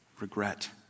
regret